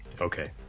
Okay